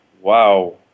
Wow